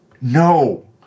No